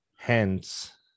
Hence